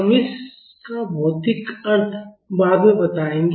हम इसका भौतिक अर्थ बाद में बताएंगे